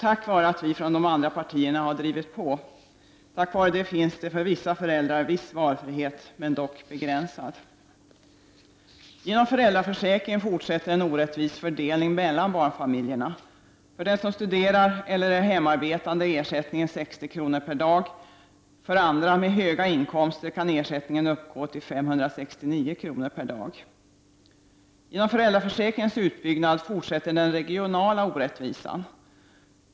Tack vare att vi i de andra partierna har drivit på finns det för en del föräldrar viss valfrihet, men alltså begränsad valfrihet. Genom föräldraförsäkringen fortsätter den orättvisa fördelningen mellan barnfamiljerna. För den som studerar eller är hemarbetande är ersättningen 60 kr. per dag. För andra som har höga inkomster kan ersättningen uppgå till 569 kr. per dag. Genom föräldraförsäkringens utbyggnad fortsätter den regionala orättvisan.